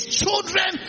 children